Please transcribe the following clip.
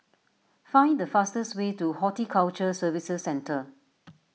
find the fastest way to Horticulture Services Centre